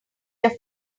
your